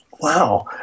wow